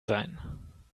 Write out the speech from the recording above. sein